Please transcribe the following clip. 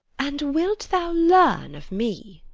and wilt thou learn of me?